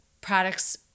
products